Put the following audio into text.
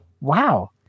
wow